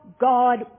God